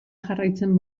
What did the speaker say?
jarraitzen